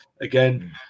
Again